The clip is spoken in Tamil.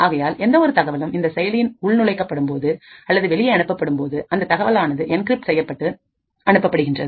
ஆகையால் எந்த ஒரு தகவலும் இந்த செயலியின் உள்நுழைக படும்போதும் அல்லது வெளியே அனுப்பப்படும் போதும் அந்த தகவலானது என்கிரிப்ட் செய்யப்பட்டு அனுப்பப்படுகிறது